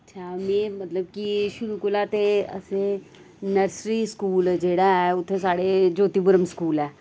अच्छा मैं मतलब कि शुरू कोला ते असें नर्सरी स्कूल जेह्ड़ा ऐ उत्थें साढ़े ज्योतिपुरम स्कूल ऐ